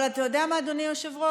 אבל אתה יודע מה, אדוני היושב-ראש?